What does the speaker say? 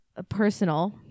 personal